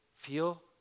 Feel